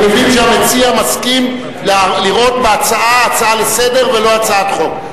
אני מבין שהמציע מסכים לראות בהצעה הצעה לסדר ולא הצעת חוק.